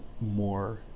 more